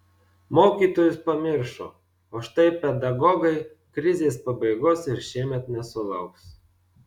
mokytojus pamiršo o štai pedagogai krizės pabaigos ir šiemet nesulauks